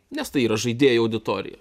nes tai yra žaidėjų auditorija